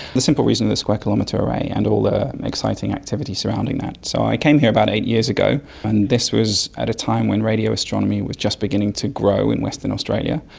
the simple reason is the square kilometre array and all the exciting activity surrounding that. so i came here about eight years ago and this was at a time when radioastronomy was just beginning to grow in western australia,